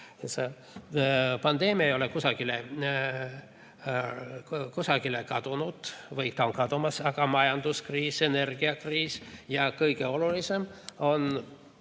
pandeemia ei ole kusagile kadunud või kadumas, aga on ka majanduskriis, energiakriis. Ja kõige olulisem on